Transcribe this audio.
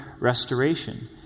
restoration